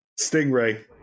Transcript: Stingray